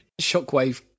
Shockwave